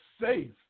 safe